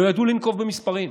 לא ידעו לנקוב במספרים.